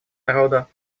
народа